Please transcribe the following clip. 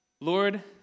Lord